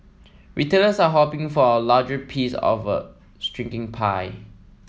retailers are hoping for a larger piece of a shrinking pie